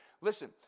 Listen